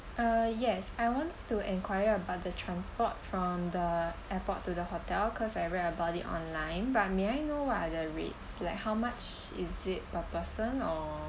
uh yes I want to enquire about the transport from the airport to the hotel cause I read about it online but may I know what are the rates like how much is it per person or